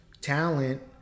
talent